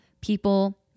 people